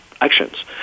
actions